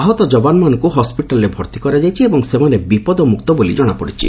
ଆହତ ଯବାନମାନଙ୍କ ହସ୍କିଟାଲ୍ରେ ଭର୍ତ୍ତି କରାଯାଇଛି ଏବଂ ସେମାନେ ବିପଦମୁକ୍ତ ବୋଲି ଜଣାପଡ଼ିଛି